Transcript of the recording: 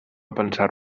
pensar